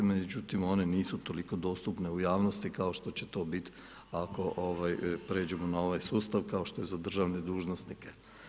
Međutim, one nisu toliko dostupne u javnosti kao što će to biti ako pređemo na ovaj sustav kao što je za državne dužnosnike.